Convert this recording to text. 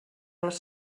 els